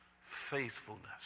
faithfulness